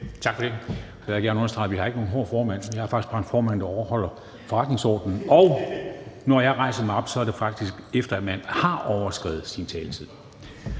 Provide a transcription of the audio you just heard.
Jeg vil gerne understrege, at vi ikke har nogen hård formand. Vi har faktisk bare en formand, der overholder forretningsordenen, og når jeg rejser mig op, er det faktisk, efter man har overskredet sin taletid.